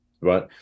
Right